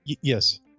yes